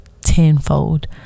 tenfold